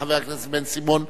חבר הכנסת בן-סימון.